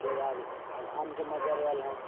ताहिके बाद आब आमके मज्जर आयल हन